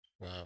Wow